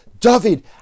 David